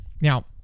now